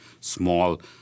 small